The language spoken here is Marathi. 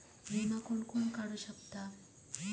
विमा कोण कोण काढू शकता?